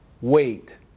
Wait